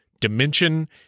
dimension